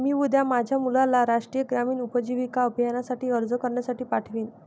मी उद्या माझ्या मुलाला राष्ट्रीय ग्रामीण उपजीविका अभियानासाठी अर्ज करण्यासाठी पाठवीन